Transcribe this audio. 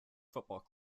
football